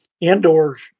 Indoors